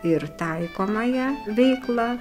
ir taikomąją veiklą